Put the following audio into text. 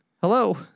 Hello